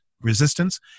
resistance